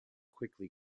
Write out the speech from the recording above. quickly